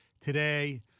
today –